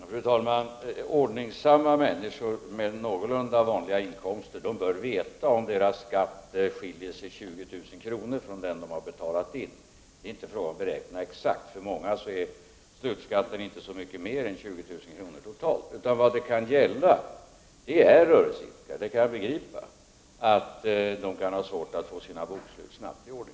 Fru talman! Ordningsamma människor med någorlunda vanliga inkomster bör veta om deras skatt skiljer sig mer än 20 000 kr. från den skatt som de har betalat in. Det är inte fråga om krav på exakta beräkningar. För många uppgår den slutliga skatten totalt inte till så mycket mer än 20 000 kr. Den grupp som här berörs är rörelseidkare. Jag kan begripa att de kan ha svårigheter att snabbt få sina bokslut färdiga.